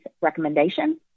recommendation